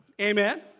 Amen